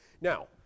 now